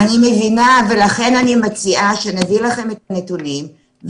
אני מבינה ולכן אני מציעה שנביא לכם את הנתונים.